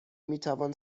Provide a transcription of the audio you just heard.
میتوان